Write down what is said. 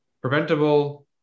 preventable